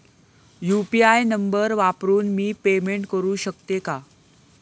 UPI नंबर वापरून मी पेमेंट करू शकते का?